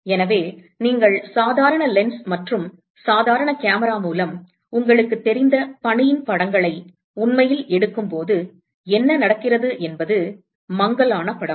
எனவே நீங்கள் சாதாரண லென்ஸ் மற்றும் சாதாரண கேமரா மூலம் உங்களுக்குத் தெரிந்த பனியின் படங்களை உண்மையில் எடுக்கும்போது என்ன நடக்கிறது என்பது மங்கலான படம்